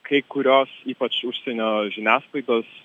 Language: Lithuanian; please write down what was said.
kai kurios ypač užsienio žiniasklaidos